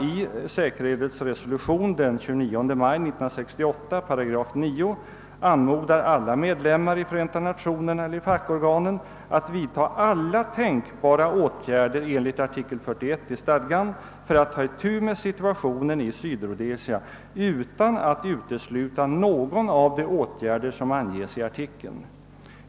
I säkerhetsrådets resolution den 29 maj 1968 § 9 anmodar man alla medlemmar i Förenta Nationerna eller i fackorganen att vidta alla tänkbara åtgärder enligt artikel 41 i stadgan för att ta itu med situationen i Sydrhodesia utan att utesluta någon av de åtgärder som anges i artikeln.